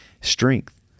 strength